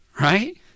Right